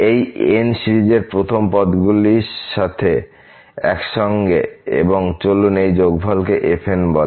এই n সিরিজের প্রথম পদগুলির সাথে একসঙ্গে এবং চলুন এই যোগফলকে fnবলে